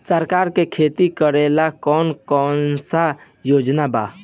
सरकार के खेती करेला कौन कौनसा योजना बा?